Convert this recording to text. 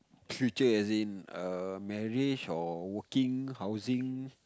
future as in err marry or working housing